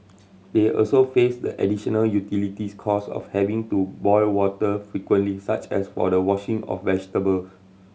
they also faced the additional utilities cost of having to boil water frequently such as for the washing of vegetable